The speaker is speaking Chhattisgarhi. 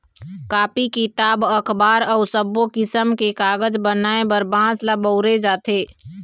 कापी, किताब, अखबार अउ सब्बो किसम के कागज बनाए बर बांस ल बउरे जाथे